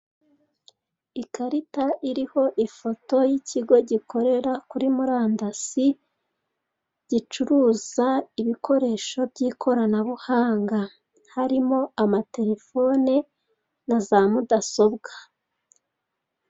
Ikarita iriho ifoto y'ikigo gikorera kuri murandasi gucuruza ibikoresho by'ikoranabuhanga, harimo telefoni na za mudasobwa.